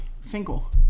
Finkel